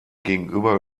gegenüber